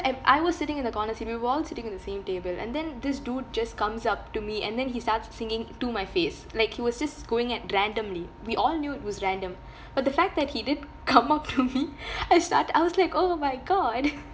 and I was sitting in the corner see we were all sitting on the same table and then this dude just comes up to me and then he starts singing to my face like he was just going at randomly we all knew it was random but the fact that he did come up to me I start I was like oh my god